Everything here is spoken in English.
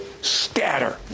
scatter